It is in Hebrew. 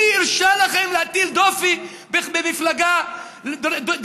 מי הרשה לכם להטיל דופי במפלגה דמוקרטית,